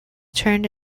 turned